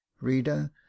reader